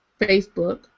Facebook